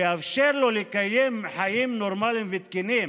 לאפשר לו לקיים חיים נורמליים ותקינים.